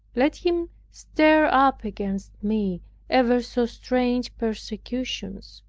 let him stir up against me ever so strange persecutions.